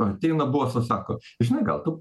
ateina bosas sako žinai gal tu